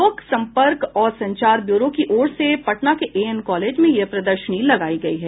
लोक सम्पर्क और संचार ब्यूरो की ओर से पटना के ए एन कॉलेज में यह प्रदर्शनी लगायी गयी है